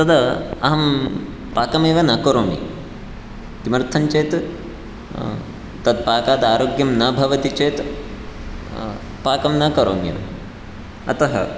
तदा अहं पाकमेव न करोमि किमर्थं चेत् तत्पाकात् आरोग्यं न भवति चेत् पाकं न करोम्यहम् अतः